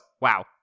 wow